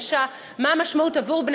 מה המשמעות עבור הקריירה של האישה,